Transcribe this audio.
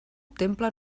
temple